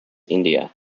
india